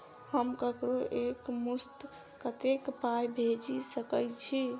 हम ककरो एक मुस्त कत्तेक पाई भेजि सकय छी?